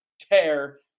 tear